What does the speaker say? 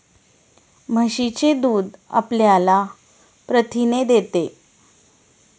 म्हशीचे दूध आपल्याला प्रथिने देते